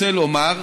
רוצה לומר,